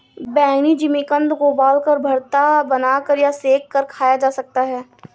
बैंगनी जिमीकंद को उबालकर, भरता बनाकर या सेंक कर खाया जा सकता है